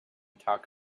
talk